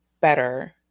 Better